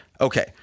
Okay